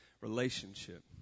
relationship